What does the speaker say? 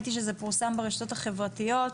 פורסם ברשתות החברתיות.